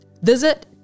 Visit